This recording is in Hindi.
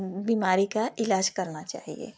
बीमारी का इलाज करना चाहिए